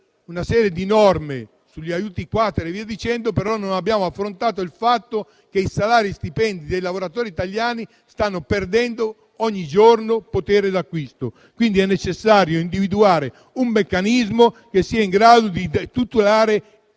il decreto-legge aiuti *quater* e via dicendo, ma non abbiamo affrontato il fatto che i salari e gli stipendi dei lavoratori italiani stanno perdendo ogni giorno potere d'acquisto. È necessario individuare un meccanismo che sia in grado di adeguare